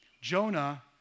Jonah